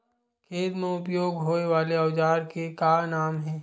खेत मा उपयोग होए वाले औजार के का नाम हे?